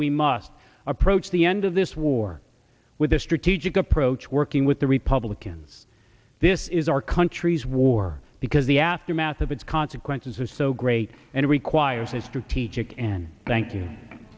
we must approach the end of this war with a strategic approach working with the republicans this is our country's war because the aftermath of its consequences is so great and requires a strategic and thank